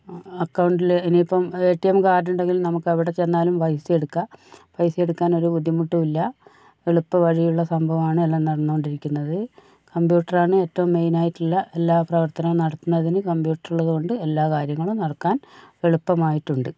അക്കൗണ്ടിൽ ഇനിയിപ്പം A T M കാർഡുണ്ടെങ്കിൽ നമുക്ക് എവിടെ ചെന്നാലും പൈസയെടുക്കാം പൈസയെടുക്കാനൊരു ബുട്ടിമുട്ടുമില്ല എളുപ്പവഴിയുള്ള സംഭവമാണ് എല്ലാം നടന്നുകൊണ്ടിരിക്കുന്നത് കമ്പ്യൂട്ടറാണ് ഏറ്റവും മെയിനായിട്ടുള്ള എല്ലാ പ്രവർത്തനവും നടത്തുന്നതിന് കമ്പ്യൂട്ടറുള്ളതുകൊണ്ട് എല്ലാ കാര്യങ്ങളും നടക്കാൻ എളുപ്പമായിട്ടുണ്ട്